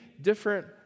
different